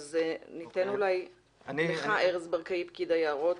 אולי נתחיל עם ארז ברקאי, פקיד היערות,